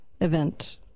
event